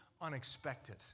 unexpected